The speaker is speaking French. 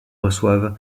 reçoivent